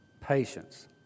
patience